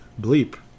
bleep